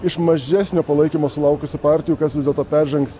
iš mažesnio palaikymo sulaukusių partijų kas vis dėlto peržengs